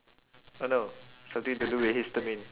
oh no something to do with histamine